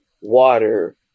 water